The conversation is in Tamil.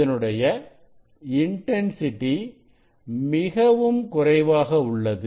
இதனுடைய இன்டன்சிட்டி மிகவும் குறைவாக உள்ளது